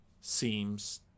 seems